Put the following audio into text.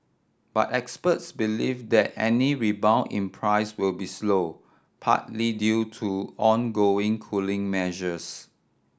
but experts believe that any rebound in price will be slow partly due to ongoing cooling measures